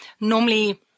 normally